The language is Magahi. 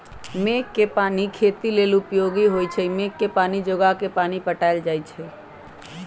मेघ कें पानी खेती लेल उपयोगी होइ छइ मेघ के पानी के जोगा के पानि पटायल जाइ छइ